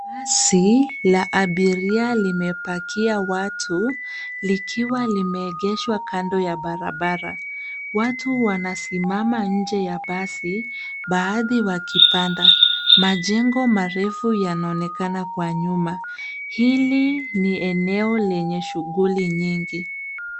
Basi la abiria limepakia watu, likiwa limeegeshwa kando ya barabara. Watu wanasimama nje ya basi baadhi wakipanda. Majengo marefu yanaonekana kwa nyuma. Hili ni eneo lenye shughuli nyingi.